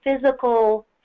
physical